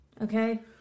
okay